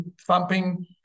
thumping